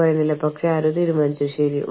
ആ വ്യക്തി എവിടെയാണ് താമസിച്ചിരുന്നത്